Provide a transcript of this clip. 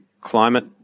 climate